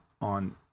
on